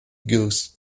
ghost